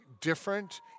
different